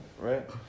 right